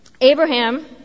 Abraham